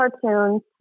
cartoons